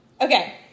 Okay